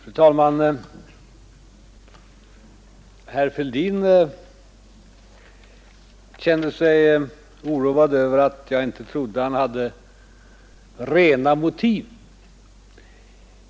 Fru talman! Herr Fälldin kände sig oroad över att jag inte trodde han hade rena motiv.